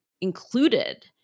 included